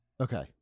Okay